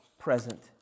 present